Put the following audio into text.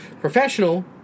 professional